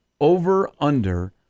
over-under